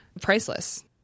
priceless